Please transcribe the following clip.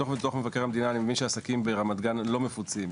מתוך דוח מבקר המדינה אני מבין שהעסקים ברמת גן לא מפוצים.